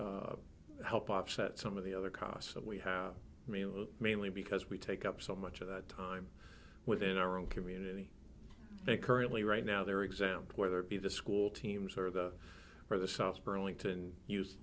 would help offset some of the other costs that we have mainly because we take up so much of that time within our own community they currently right now they're exempt whether it be the school teams or the or the south burlington use